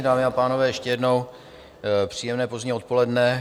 Dámy a pánové, ještě jednou příjemné pozdní odpoledne.